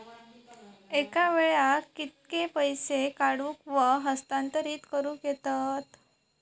एका वेळाक कित्के पैसे काढूक व हस्तांतरित करूक येतत?